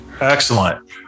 Excellent